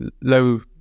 low